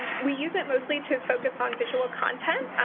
we use it mostly to focus on visual content,